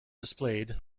displayed